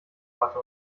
karte